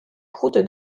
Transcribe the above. croûte